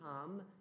come